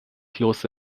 kloß